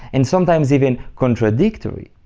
and sometimes even contradictory.